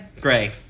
Gray